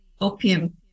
opium